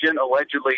allegedly